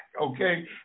Okay